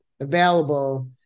Available